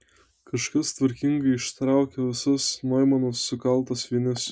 kažkas tvarkingai ištraukė visas noimano sukaltas vinis